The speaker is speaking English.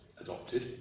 adopted